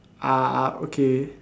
ah okay